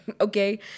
okay